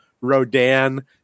Rodan